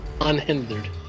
unhindered